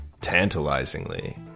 tantalizingly